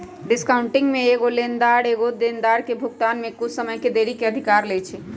discounting में एगो लेनदार एगो देनदार के भुगतान में कुछ समय के देरी के अधिकार लेइ छै